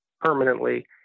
permanently